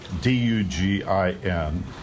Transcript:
D-U-G-I-N